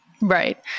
Right